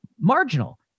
marginal